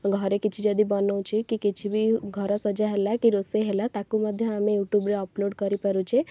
ଘରେ କିଛି ଯଦି ବନଉଛି କି କିଛି ବି ଘରସଜ୍ଜା ହେଲା କି ରୋଷେଇ ହେଲା ତାକୁ ମଧ୍ୟ ଆମେ ୟୁଟୁବ୍ରେ ଅପଲୋଡ଼୍ କରିପାରୁଛେ